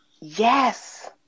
yes